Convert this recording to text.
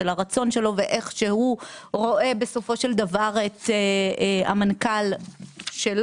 של הרצון שלו ואיך שהוא רואה בסופו של דבר את המנכ"ל שלו,